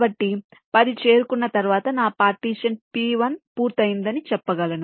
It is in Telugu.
కాబట్టి 10 చేరుకున్న తర్వాత నా పార్టీషన్ P1 పూర్తయిందని చెప్పగలను